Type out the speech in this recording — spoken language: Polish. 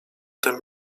tym